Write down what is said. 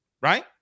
right